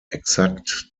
exakt